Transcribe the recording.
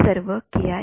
विद्यार्थीः सिद्धांत